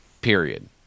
Period